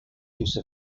use